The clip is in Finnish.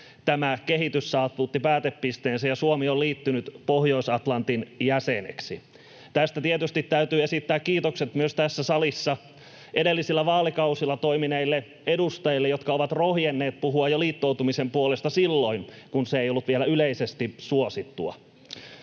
tämä kehitys saavutti päätepisteensä ja Suomi on liittynyt Pohjois-Atlantin liiton jäseneksi. Tästä tietysti täytyy esittää kiitokset myös tässä salissa edellisillä vaalikausilla toimineille edustajille, jotka ovat rohjenneet puhua liittoutumisen puolesta jo silloin kun se ei ollut vielä yleisesti suosittua.